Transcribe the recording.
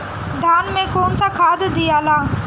धान मे कौन सा खाद दियाला?